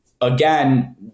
again